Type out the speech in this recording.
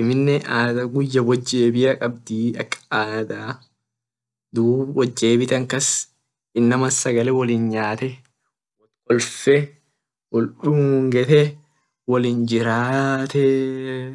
amine adha guya wot jebia kabdii ak adha dub wojebitan kas inama sagale wolin nyate kolfe wol dungete wolinjiratee.